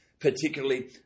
particularly